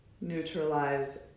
Neutralize